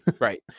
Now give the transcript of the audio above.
Right